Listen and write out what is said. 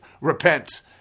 Repent